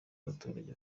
abaturage